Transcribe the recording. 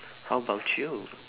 how about you